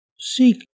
seek